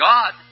God